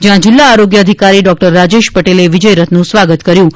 જ્યાં જિલ્લા આરોગ્ય અધિકારી ડોકટર રાજેશ પટેલે વિજય રથનું સ્વાગત કર્યું હતું